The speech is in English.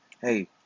hey